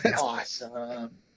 Awesome